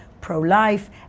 pro-life